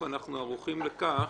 ערוכים לכך